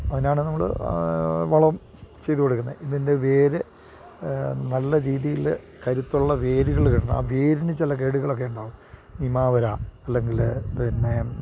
അതിനാണ് നമ്മൾ വളം ചെയ്തു കൊടുക്കുന്നെ ഇതിൻ്റെ വേര് നല്ല രീതിയിൽ കരുത്തുള്ള വേരുകൾ കിട്ടണം ആ വേരിന് ചില കേടുകളൊക്കെ ഉണ്ടാവും ഹിമാവര അല്ലെങ്കിൽ പിന്നെ